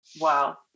Wow